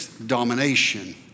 domination